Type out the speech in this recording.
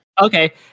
Okay